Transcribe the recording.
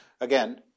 Again